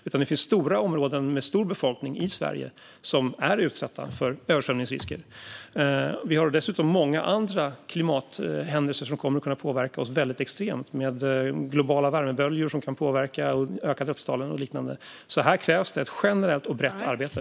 Det finns stora områden med stor befolkning i Sverige som är utsatta för översvämningsrisker. Vi har dessutom många andra klimathändelser som kommer att kunna påverka oss extremt mycket med globala värmeböljor och liknande som kan påverka och öka dödstalen. Här krävs det alltså ett generellt och brett arbete.